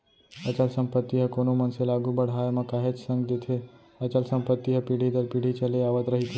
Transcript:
अचल संपत्ति ह कोनो मनसे ल आघू बड़हाय म काहेच संग देथे अचल संपत्ति ह पीढ़ी दर पीढ़ी चले आवत रहिथे